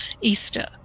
Easter